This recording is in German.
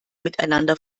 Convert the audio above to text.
miteinander